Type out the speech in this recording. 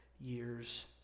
years